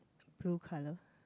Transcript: blue colour